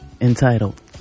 entitled